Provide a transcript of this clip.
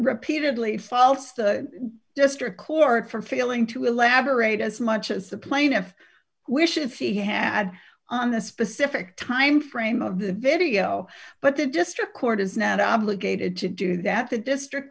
repeatedly false the district court for failing to elaborate as much as the plaintiff wishes he had on the specific time frame of the video but the district court is not obligated to do that the district